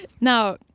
Now